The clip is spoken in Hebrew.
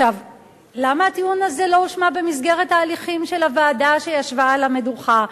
למה הטיעון הזה לא הושמע במסגרת ההליכים של הוועדה שישבה על המדוכה?